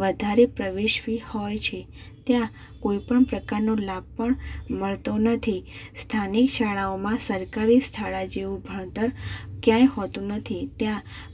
વધારે પ્રવેશ ફી હોય છે ત્યાં કોઈ પણ પ્રકારનો લાભ પણ મળતો નથી સ્થાનિક શાળાઓમાં સરકારી શાળા જેવું ભણતર ક્યાંય હોતું નથી તે